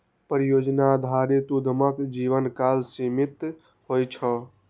परियोजना आधारित उद्यमक जीवनकाल सीमित होइ छै